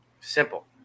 simple